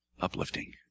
uplifting